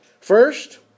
First